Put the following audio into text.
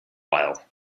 while